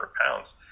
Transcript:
pounds